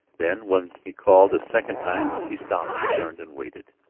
then when he called a second time she stopped and turned and waited.